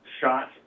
shot